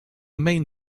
main